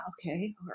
Okay